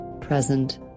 present